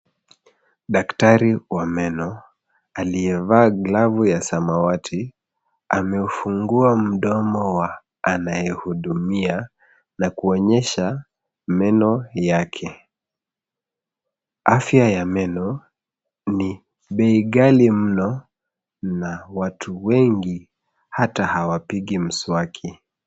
Daktari wa meno aliyevaa glovu ya samawati amefungua mdomo wa anayehudumia na kuonyesha meno yake. Afya ya meno ni bei ghali mno na watu wengi hata hawapigi mswaki.